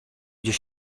gdzie